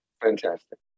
fantastic